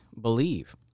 believe